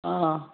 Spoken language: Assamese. অঁ